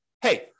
hey